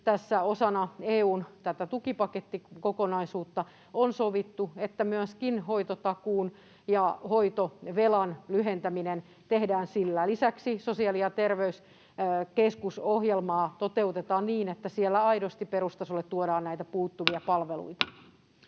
osana tätä EU:n tukipakettikokonaisuutta on sovittu, että sillä myöskin lyhennetään hoitotakuuta ja hoitovelkaa. Lisäksi sosiaali‑ ja terveyskeskusohjelmaa toteutetaan niin, että siellä tuodaan aidosti perustasolle näitä puuttuvia palveluita.